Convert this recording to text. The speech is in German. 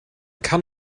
kann